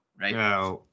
right